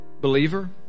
Believer